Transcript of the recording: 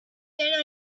then